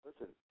Listen